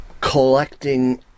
collecting